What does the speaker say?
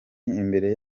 imbere